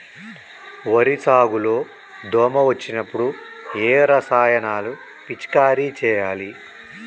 వరి సాగు లో దోమ వచ్చినప్పుడు ఏ రసాయనాలు పిచికారీ చేయాలి?